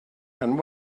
and